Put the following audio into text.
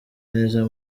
neza